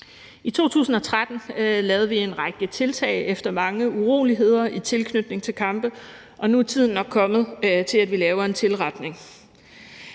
I 2013 lavede vi en række tiltag efter mange uroligheder i tilknytning til kampe, og nu er tiden nok kommet til, at vi laver en tilretning.